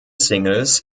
singles